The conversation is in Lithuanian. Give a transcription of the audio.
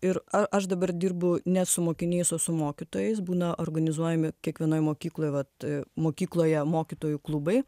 ir a aš dabar dirbu ne su mokiniais o su mokytojais būna organizuojami kiekvienoj mokykloj vat mokykloje mokytojų klubai